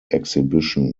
exhibition